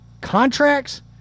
contracts